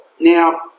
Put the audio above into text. Now